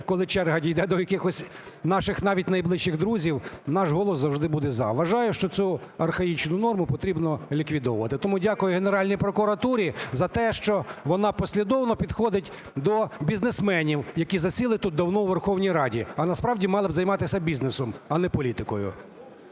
коли черга дійде до якихось наших навіть найближчих друзів, наш голос завжди буде за. Вважаю, що цю архаїчну норму потрібно ліквідовувати. Тому дякую Генеральній прокуратурі за те, що вона послідовно підходить до бізнесменів, які засіли тут давно у Верховній Раді, а, насправді, мали б займатися бізнесом, а не політикою.